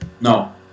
No